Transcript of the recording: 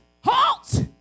Halt